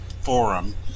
forum